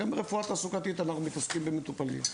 גם ברפואה תעסוקתית אנחנו מתעסקים במטופלים.